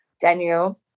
daniel